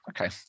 Okay